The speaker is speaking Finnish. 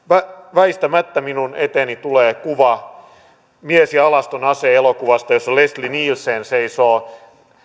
väistämättä minun eteeni tulee kuva mies ja alaston ase elokuvasta jossa leslie nielsen seisoo